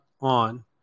on